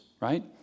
right